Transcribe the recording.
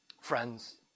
Friends